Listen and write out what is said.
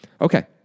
okay